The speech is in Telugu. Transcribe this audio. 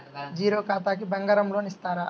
జీరో ఖాతాకి బంగారం లోన్ ఇస్తారా?